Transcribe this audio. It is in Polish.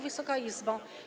Wysoka Izbo!